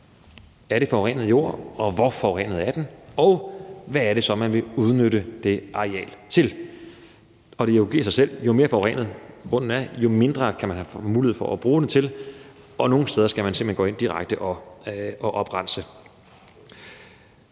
om det er forurenet jord, hvor forurenet den er, og hvad det så er, man vil udnytte det areal til. Det giver sig selv, at jo mere forurenet grunden er, jo mindre kan man få mulighed for at bruge den til, og nogle steder skal man simpelt hen gå ind direkte og oprense.